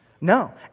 No